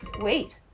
wait